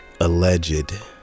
alleged